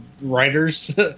writers